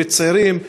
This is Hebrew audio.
ולצעירים.